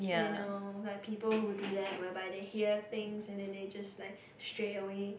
you know like people who do that whereby they hear things and then they just like straightaway